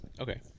Okay